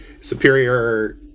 superior